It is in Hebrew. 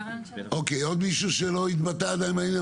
אוקיי, עוד מישהו שלא התבטא עדיין בעניין?